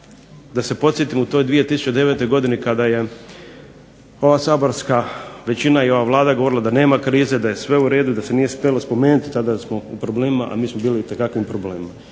Da se podsjetimo, u toj 2009. godini kada je ova saborska većina i ova Vlada govorila da nema krize, da je sve u redu, da se nije smjelo spomenuti tada jer smo u problemima, a mi smo bili u itekakvim problemima.